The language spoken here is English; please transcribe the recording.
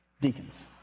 Deacons